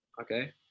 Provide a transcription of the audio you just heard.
Okay